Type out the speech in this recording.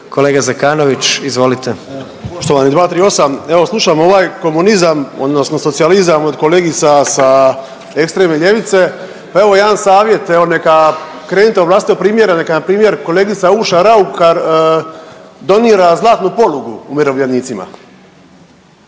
kolega Brumnić, izvolite